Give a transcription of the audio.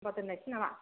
होमब्ला दोननायसै नामा